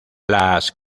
las